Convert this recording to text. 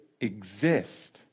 exist